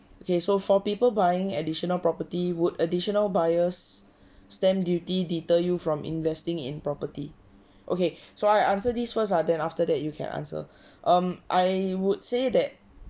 okay so for people buying additional property would additional buyer's stamp duty deter you from investing in property okay so I answer this was ah then after that you can answer um I would say that